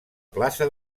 plaça